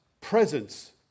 presence